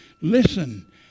Listen